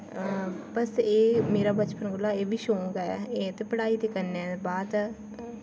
बस एह् मेरा बचपन कोला एह् बी शौक ऐ पढ़ाई दे कन्नै बाद